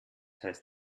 heißt